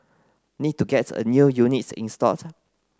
need to gets a new units installed